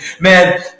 man